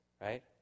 right